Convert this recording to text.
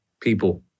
people